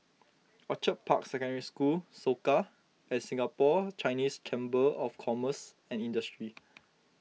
Orchid Park Secondary School Soka and Singapore Chinese Chamber of Commerce and Industry